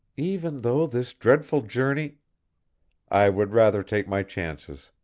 even though this dreadful journey i would rather take my chances.